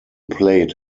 played